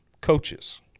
coaches